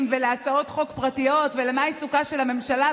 ולהצעות חוק פרטיות ולעיסוקן של הממשלה,